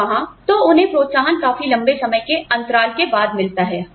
और वहां तो उन्हें प्रोत्साहन काफी लंबे समय के अंतराल के बाद मिलता है